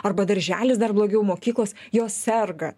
arba darželis dar blogiau mokyklos jos serga